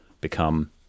become